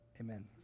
Amen